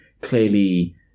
clearly